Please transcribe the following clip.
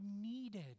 needed